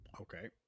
Okay